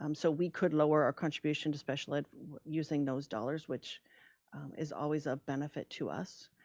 um so we could lower our contribution to special ed using those dollars, which is always a benefit to us.